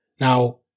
Now